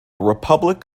republic